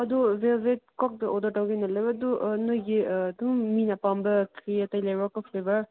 ꯑꯗꯨ ꯕꯦꯜꯕꯦꯠ ꯈꯛꯇ ꯑꯣꯗꯔ ꯇꯧꯒꯦꯅ ꯂꯩꯕ ꯑꯗꯨ ꯅꯣꯏꯒꯤ ꯑꯗꯨꯝ ꯃꯤꯅ ꯄꯥꯝꯕ ꯀꯔꯤ ꯑꯩꯇꯩ ꯂꯩꯕ꯭ꯔꯥꯀꯣ ꯐ꯭ꯂꯦꯕꯔ